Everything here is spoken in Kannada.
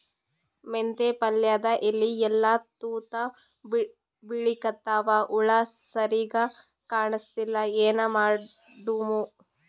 ಮೆಂತೆ ಪಲ್ಯಾದ ಎಲಿ ಎಲ್ಲಾ ತೂತ ಬಿಳಿಕತ್ತಾವ, ಹುಳ ಸರಿಗ ಕಾಣಸ್ತಿಲ್ಲ, ಏನ ಮಾಡಮು?